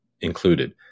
included